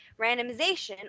randomization